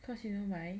cause you know why